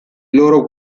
loro